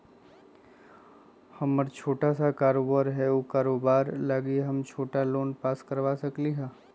हमर छोटा सा कारोबार है उ कारोबार लागी हम छोटा लोन पास करवा सकली ह?